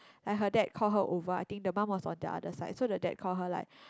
like her dad call her over I think the mum was on the other side so the dad called her like